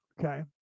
Okay